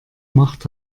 macht